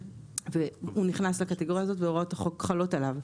אז הוא נכנס לקטגוריה הזאת והוראות החוק חלות עליו,